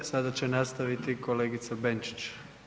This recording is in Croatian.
Sada će nastavit kolegica Benčić.